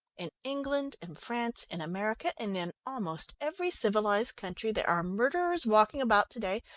in england, in france, in america, and in almost every civilised country, there are murderers walking about to-day,